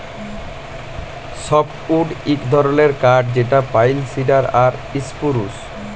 softwood ইক ধরলের কাঠ যেট পাইল, সিডার আর ইসপুরুস